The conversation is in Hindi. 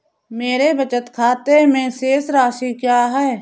मेरे बचत खाते में शेष राशि क्या है?